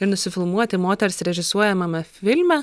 ir nusifilmuoti moters režisuojamame filme